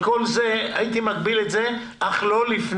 את כל זה, הייתי מגביל את זה ואומר אך לא לפני